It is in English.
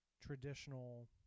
traditional